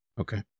Okay